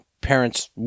Parents